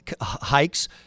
hikes